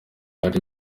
ari